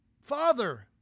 Father